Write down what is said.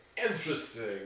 Interesting